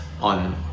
on